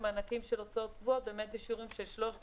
למענקים של הוצאות קבועות בשיעורים של 3,000,